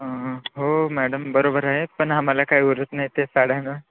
हो मॅडम बरोबर आहे पण आम्हाला काय उरत नाही ते साड्यांवर